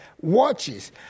watches